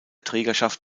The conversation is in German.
trägerschaft